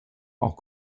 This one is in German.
auch